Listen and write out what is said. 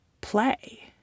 play